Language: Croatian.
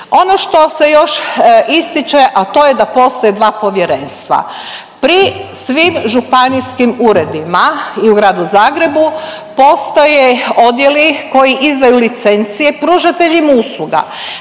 Ono što se još ističe, a to je da postoje dva povjerenstva. Pri svim županijskim uredima i u gradu Zagrebu postoje odjeli koji izdaju licencije pružateljima usluga,